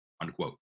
Unquote